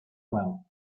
well